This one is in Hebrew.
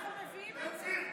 אנחנו מביאים את זה,